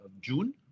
June